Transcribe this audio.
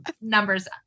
numbers